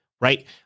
Right